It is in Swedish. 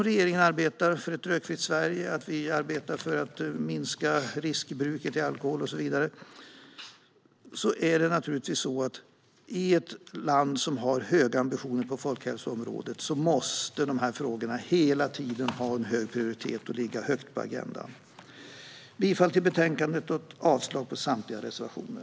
Regeringen arbetar för ett rökfritt Sverige, för ett minskat riskbruk av alkohol och så vidare. I ett land som har höga ambitioner på folkhälsoområdet måste naturligtvis dessa frågor hela tiden ha en hög prioritet och ligga högt på agendan. Jag yrkar bifall till utskottets förslag i betänkandet och avslag på samtliga reservationer.